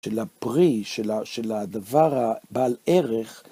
של הפרי, של הדבר הבעל ערך.